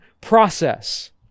process